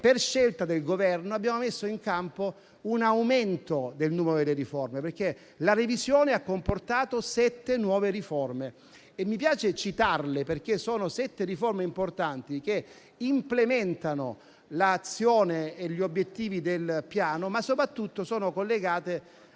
per scelta del Governo abbiamo messo in campo un aumento del numero delle riforme, perché la revisione ha comportato sette nuove riforme. Mi piace citarle perché sono sette riforme importanti che implementano l'azione e gli obiettivi del Piano, ma soprattutto sono collegate